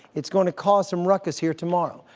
it's going to cause some ruckus here tomorrow.